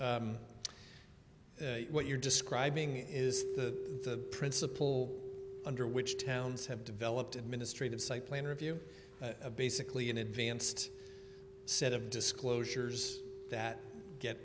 what you're describing is the principle under which towns have developed administrative site plan review a basically an advanced set of disclosures that get